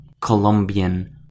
Colombian